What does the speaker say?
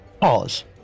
Pause